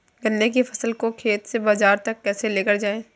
गन्ने की फसल को खेत से बाजार तक कैसे लेकर जाएँ?